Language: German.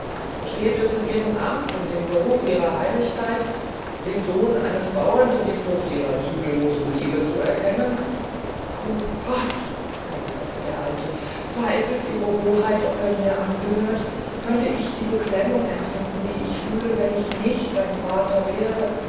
besteht es mit ihrem amt und dem geruch ihrer heiligkeit den sohn eines bauren für die frucht ihrer zügellosen liebe zu erkennen o gott erwiederte der alte zweifelt ihre hoheit ob er mir angehört könnte ich die beklemmung empfinden die ich fühle wenn ich nicht sein vater wäre